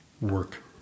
work